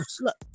look